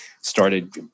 started